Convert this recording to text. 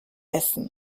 essen